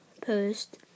post